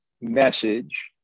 message